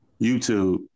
YouTube